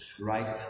right